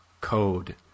code